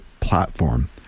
platform